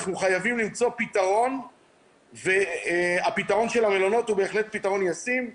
אנחנו חייבים למצוא פתרון והפתרון של המלונות הוא בהחלט פתרון ישים.